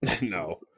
No